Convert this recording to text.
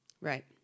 Right